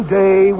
day